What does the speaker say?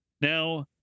now